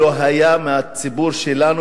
מהציבור שלנו,